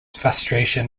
frustration